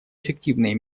эффективные